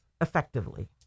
effectively